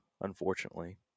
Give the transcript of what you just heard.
unfortunately